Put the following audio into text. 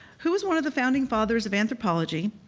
who was one of the founding fathers of anthropology.